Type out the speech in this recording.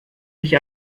dich